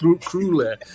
cruel